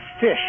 fish